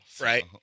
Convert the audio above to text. Right